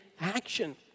action